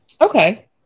Okay